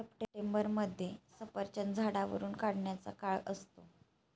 सप्टेंबरमध्ये सफरचंद झाडावरुन काढायचा काळ असतो